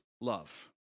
love